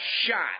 shot